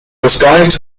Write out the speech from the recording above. disguised